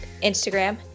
Instagram